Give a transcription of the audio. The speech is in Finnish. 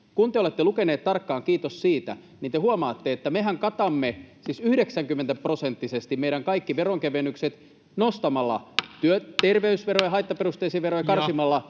kun te olette lukeneet tarkkaan — kiitos siitä — niin te huomaatte, että mehän katamme siis 90-prosenttisesti meidän kaikki veronkevennykset nostamalla terveysveroja ja haittaperusteisia veroja ja karsimalla